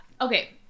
Okay